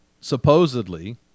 supposedly